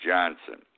Johnson